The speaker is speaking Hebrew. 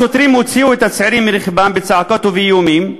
השוטרים הוציאו את הצעירים מרכבם בצעקות ובאיומים,